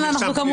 כן אנחנו כמובן,